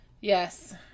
Yes